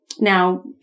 now